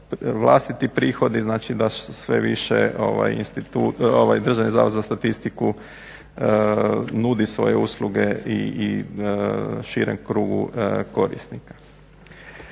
vlastiti prihodi, znači da se sve više Državni zavod za statistiku nudi svoje usluge i širem krugu korisnika.